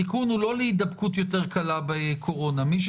חברים, זה הכרחי.